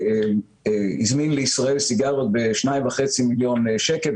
הזמין לישראל סיגריות ב- 2.5 מיליון שקל,